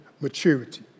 maturity